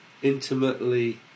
intimately